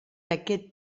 aquest